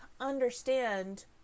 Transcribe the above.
understand